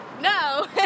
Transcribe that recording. No